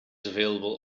available